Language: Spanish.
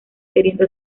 queriendo